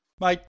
Mate